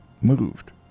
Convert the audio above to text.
moved